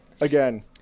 again